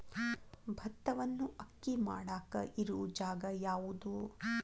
ಭತ್ತವನ್ನು ಅಕ್ಕಿ ಮಾಡಾಕ ಇರು ಜಾಗ ಯಾವುದು?